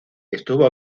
estuvo